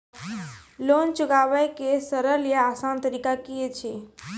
Loan चुकाबै के सरल या आसान तरीका की अछि?